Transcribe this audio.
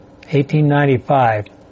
1895